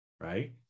right